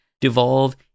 devolve